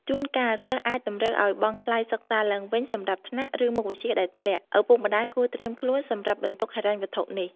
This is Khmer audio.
ជួនកាល សិស្សអាចតម្រូវឲ្យបង់ថ្លៃសិក្សាឡើងវិញសម្រាប់ថ្នាក់ ឬមុខវិជ្ជាដែលធ្លាក់ ឪពុកម្តាយគួរត្រៀមខ្លួនសម្រាប់បន្ទុកហិរញ្ញវត្ថុនេះ។